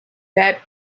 that